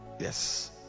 yes